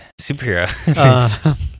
Superhero